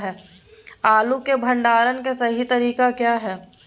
आलू के भंडारण के सही तरीका क्या है?